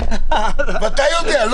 ואתה יודע.